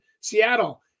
seattle